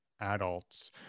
adults